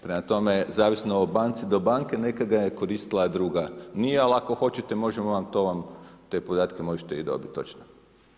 Prema tome, zavisno od banke do banke, nekada ga je koristila druga, nije ali ako hoćete možemo vam to vam, te podatke možete i dobiti točno.